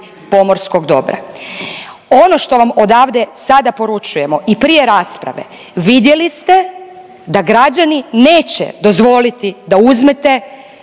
pomorskog dobra. Ono što vam odavde sada poručujemo i prije rasprave, vidjeli ste da građani neće dozvoliti da uzmete